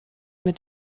mit